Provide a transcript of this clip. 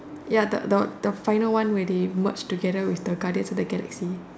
ya the the the final one where they merge together with the Guardians of the Galaxy